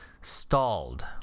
Stalled